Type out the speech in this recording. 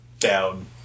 down